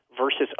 versus